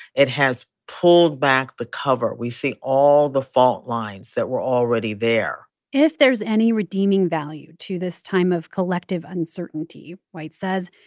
it has pulled back the cover. we see all the fault lines that were already there if there's any redeeming value to this time of collective uncertainty, white says,